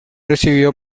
recibido